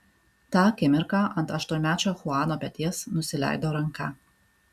tą akimirką ant aštuonmečio chuano peties nusileido ranka